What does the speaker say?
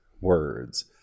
words